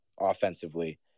offensively